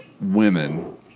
women